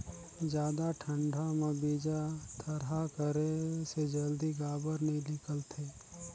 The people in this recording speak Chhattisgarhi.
जादा ठंडा म बीजा थरहा करे से जल्दी काबर नी निकलथे?